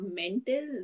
mental